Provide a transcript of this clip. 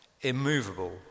immovable